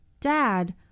Dad